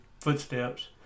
footsteps